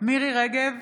מירי מרים רגב,